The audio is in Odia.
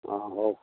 ହଁ ହଉ